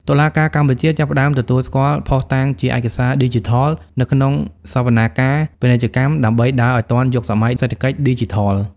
តុលាការកម្ពុជាចាប់ផ្ដើមទទួលស្គាល់ភស្តុតាងជា "ឯកសារឌីជីថល" នៅក្នុងសវនាការពាណិជ្ជកម្ម ដើម្បីដើរឱ្យទាន់យុគសម័យសេដ្ឋកិច្ចឌីជីថល។